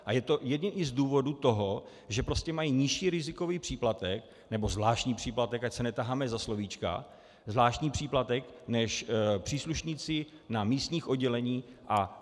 A je i jedním z důvodů to, že prostě mají nižší rizikový příplatek, nebo zvláštní příplatek, ať se netaháme za slovíčka, zvláštní příplatek než příslušníci na místních odděleních.